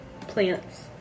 plants